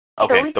Okay